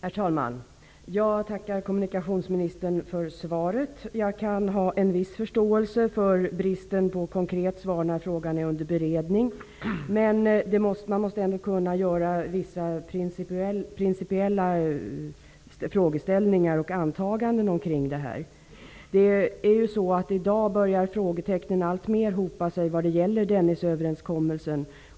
Herr talman! Jag tackar kommunikationsministern för svaret. Jag kan ha en viss förståelse för bristen på konkret svar när frågan är under beredning. Men man måste ändå kunna göra vissa principiella frågeställningar och antaganden omkring detta. I dag börjar frågetecknen alltmer hopa sig vad gäller Dennisöverenskommelsen.